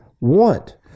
want